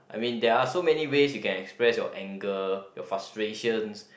I mean there are so many ways you can express your anger your frustrations